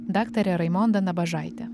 daktare raimonda nabažaite